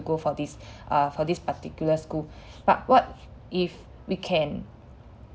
go for this uh for this particular school but what if we can